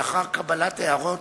לאחר קבלת הערות